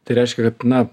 tai reiškia kad na